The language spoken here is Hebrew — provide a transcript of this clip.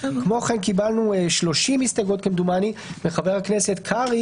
כמו כן קיבלנו כשלושים הסתייגויות כמדומני מחבר הכנסת קרעי